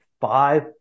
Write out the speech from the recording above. five